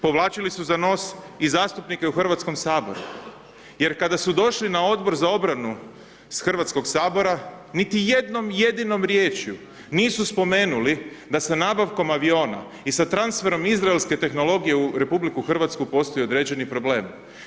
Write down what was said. Povlačili su za nos i zastupnike u Hrvatskom saboru jer kada su došli na Odbor za obranu s Hrvatskog sabora, niti jednom jedinom riječju nisu spomenuli da sa nabavkom aviona i sa transferom izraelske tehnologije u RH postoje određeni problemi.